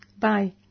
Bye